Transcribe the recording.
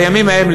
בימים ההם,